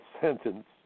sentence